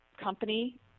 company